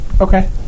Okay